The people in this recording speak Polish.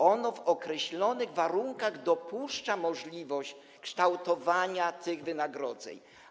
Ono w określonych warunkach dopuszcza możliwość kształtowania tych wynagrodzeń.